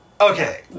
Okay